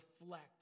reflect